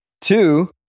two